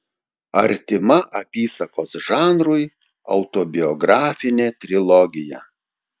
artima apysakos žanrui autobiografinė trilogija